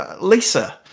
Lisa